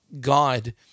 God